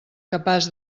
capaç